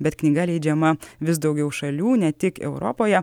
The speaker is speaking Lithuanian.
bet knyga leidžiama vis daugiau šalių ne tik europoje